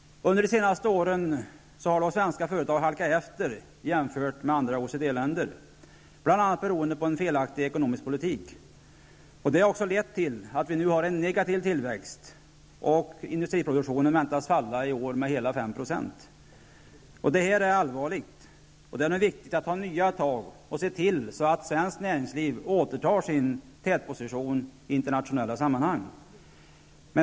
Under de senaste åren har de svenska företagen halkat efter jämfört med företagen i andra OECD länder, bl.a. beroende på en felaktig ekonomisk politik. Detta har också lett till att vi nu har en negativ tillväxt. Industriproduktionen väntas i år falla med hela 5 %. Detta är allvarligt. Det är därför viktigt att ta nya tag och se till att svenskt näringsliv återtar sin tätposition i internationella sammanhang.